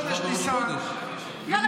מותר להגיד הלל?